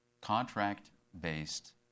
contract-based